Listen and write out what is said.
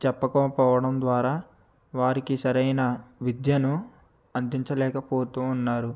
చెప్పకపోవడం ద్వారా వారికీ సరైన విద్యను అందించలేక పోతున్నారు